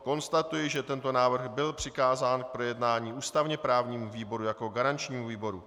Konstatuji, že tento návrh byl přikázán k projednání ústavněprávnímu výboru jako garančnímu výboru.